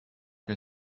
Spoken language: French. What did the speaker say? que